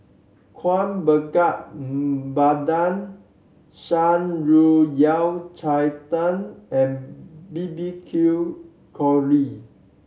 Kuih Bakar Pandan Shan Rui Yao Cai Tang and B B Q